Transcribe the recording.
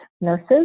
nurses